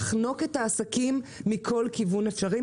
לחנוק את העסקים מכל כיוון אפשרי?